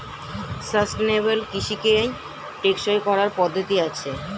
sustainable কৃষিকে টেকসই করার পদ্ধতি আছে